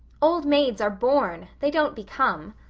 old maids are born. they don't become.